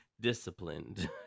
disciplined